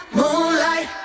Moonlight